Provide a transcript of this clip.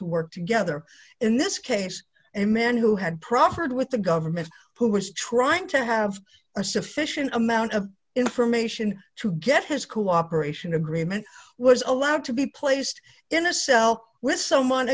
to work together in this case a man who had proffered with the government who was trying to have a sufficient amount of information to get his cooperation agreement was allowed to be placed in a cell with so m